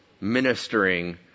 ministering